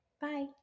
Bye